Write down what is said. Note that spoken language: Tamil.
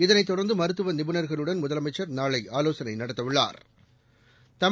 இதனைத் தொடா்ந்து மருத்துவ நிபுணா்களுடன் முதலமைச்சா் நாளை ஆவோசனை நடத்தவுள்ளாா்